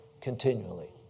continually